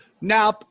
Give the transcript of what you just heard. now